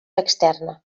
externa